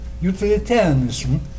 utilitarianism